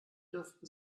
dürften